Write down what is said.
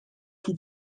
tout